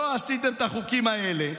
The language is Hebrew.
לא עשיתם את החוקים האלה,